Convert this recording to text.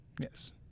Yes